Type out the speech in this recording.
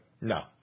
No